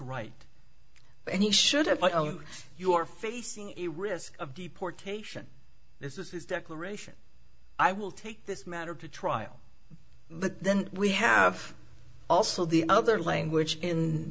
right and he should have known you are facing a risk of deportation this is his declaration i will take this matter to trial but then we have also the other language in